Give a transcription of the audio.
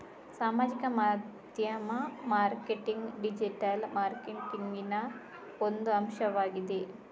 ಸಾಮಾಜಿಕ ಮಾಧ್ಯಮ marketing digital ಮಾರ್ಕೆಟಿಂಗಿನ ಒಂದು ಅಂಶವಾಗಿದೆ